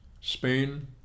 Spain